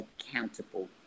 accountable